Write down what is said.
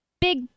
big